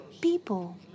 people